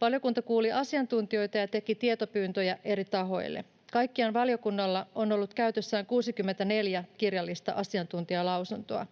Valiokunta kuuli asiantuntijoita ja teki tietopyyntöjä eri tahoille. Kaikkiaan valiokunnalla on ollut käytössään 64 kirjallista asiantuntijalausuntoa.